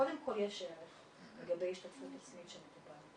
קודם כל יש ערך לגבי השתתפות עצמית של מטופל.